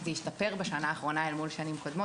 שזה השתפר בשנה האחרונה אל מול שנים קודמות.